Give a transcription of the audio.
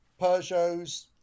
Peugeots